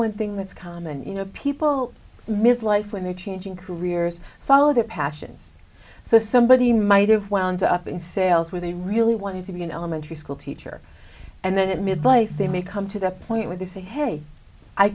one thing that's common you know people midlife when they're changing careers follow their passions so somebody might have wound up in sales where they really wanted to be an elementary school teacher and then it made like they may come to the point where they say hey i